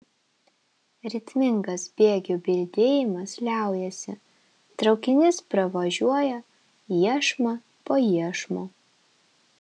ritmingas bėgių bildėjimas liaujasi traukinys pravažiuoja iešmą po iešmo